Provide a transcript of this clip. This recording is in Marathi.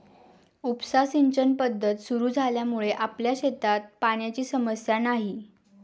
उपसा सिंचन पद्धत सुरु झाल्यामुळे आपल्या शेतात पाण्याची समस्या नाही